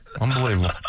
Unbelievable